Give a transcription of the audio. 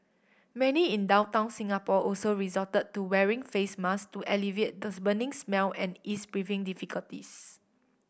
many in downtown Singapore also resorted to wearing face mask to alleviate the burning smell and ease breathing difficulties